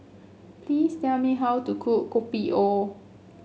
please tell me how to cook Kopi O